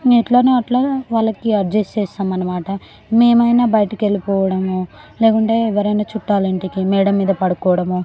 ఇంక ఎట్లానో అట్లా వాళ్ళకి అడ్జస్ట్ చేస్తాం అన్నమాట మేమైనా బయటకెళ్ళిపోవడమో లేకుంటే ఎవరైనా చుట్టాలింటికి మేడ మీద పడుకోవడమో